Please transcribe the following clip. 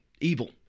evil